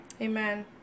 Amen